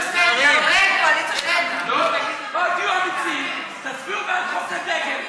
תהיו אמיצים, תצביעו בעד חוק הדגל,